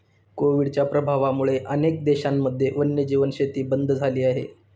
कोविडच्या प्रभावामुळे अनेक देशांमध्ये वन्यजीव शेती बंद झाली आहे